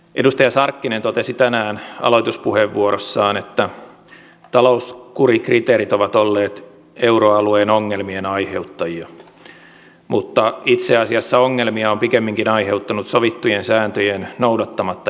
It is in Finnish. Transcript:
edustaja sarkkinen totesi tänään aloituspuheenvuorossaan että talouskurikriteerit ovat olleet euroalueen ongelmien aiheuttajia mutta itse asiassa ongelmia on pikemminkin aiheuttanut sovittujen sääntöjen noudattamatta jättäminen